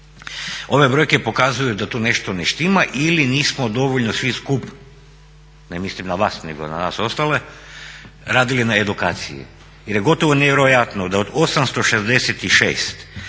Ove brojke pokazuju da tu nešto ne štima ili nismo dovoljno svi skupa, ne mislim na vas nego na nas ostale radili na edukaciji. Jer je gotovo nevjerojatno da od 866